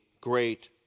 great